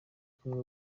kumwe